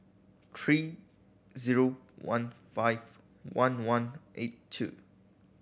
three zero one five one one eight two